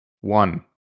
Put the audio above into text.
One